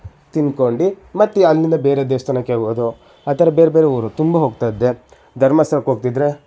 ತಿನ್ಕೊಂಡು ಮತ್ತೆ ಅಲ್ಲಿಂದ ಬೇರೆ ದೇವಸ್ಥಾನಕ್ಕೆ ಹೋಗೋದು ಆ ಥರ ಬೇರೆ ಬೇರೆ ಊರು ತುಂಬ ಹೋಗ್ತಾ ಇದ್ದೆ ಧರ್ಮಸ್ಥಳಕ್ಕೆ ಹೋಗ್ತಿದ್ರೆ